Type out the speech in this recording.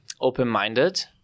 open-minded